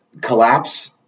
Collapse